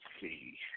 see